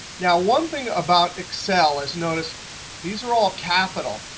now one thing about excel is notice these are all capital.